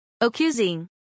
Accusing